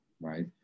right